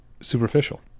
superficial